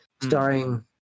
starring